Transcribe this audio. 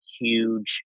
huge